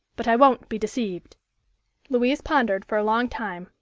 but i won't be deceived louise pondered for a long time,